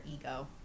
ego